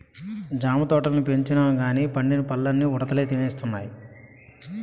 జామ తోటల్ని పెంచినంగానీ పండిన పల్లన్నీ ఉడతలే తినేస్తున్నాయి